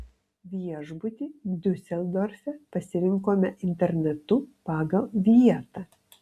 viešbutį diuseldorfe pasirinkome internetu pagal vietą